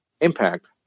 impact